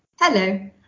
Hello